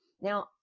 Now